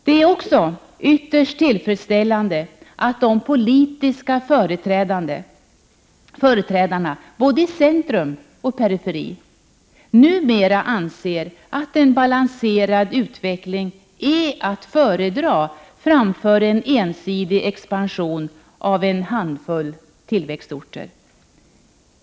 Det är också ytterst tillfredsställande att de politiska företrädarna — både i centrum och periferi — numera anser att en balanserad utveckling är att föredra framför en ensidig expansion av en handfull tillväxtorter.